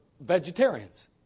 vegetarians